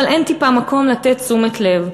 אבל אין טיפה מקום לתת תשומת לב.